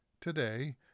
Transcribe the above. Today